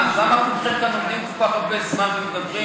אז למה עומדים כל כך הרבה זמן ומדברים?